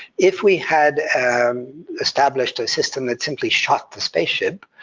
if we had established a system that simply shot the spaceship,